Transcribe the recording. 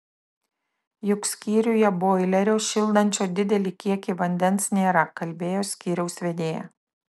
juk skyriuje boilerio šildančio didelį kiekį vandens nėra kalbėjo skyriaus vedėja